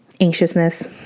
anxiousness